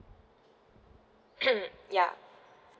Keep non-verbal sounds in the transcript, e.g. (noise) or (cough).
(coughs) ya